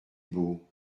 beau